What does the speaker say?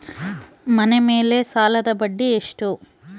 ಮನೆ ಮೇಲೆ ಸಾಲದ ಬಡ್ಡಿ ಎಷ್ಟು?